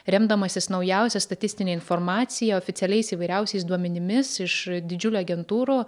remdamasis naujausia statistine informacija oficialiais įvairiausiais duomenimis iš didžiulių agentūrų